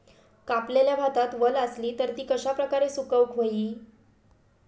कापलेल्या भातात वल आसली तर ती कश्या प्रकारे सुकौक होई?